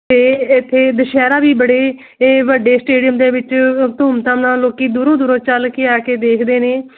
ਤੇ ਇਥੇ ਦੁਸ਼ਹਿਰਾ ਵੀ ਬੜੇ ਇਹ ਵੱਡੇ ਸਟੇਡੀਅਮ ਦੇ ਵਿੱਚ ਧੂਮਧਾਮ ਨਾਲ ਲੋਕੀ ਦੂਰੋਂ ਦੂਰੋਂ ਚੱਲ ਕੇ ਆ ਕੇ ਦੇਖਦੇ ਨੇ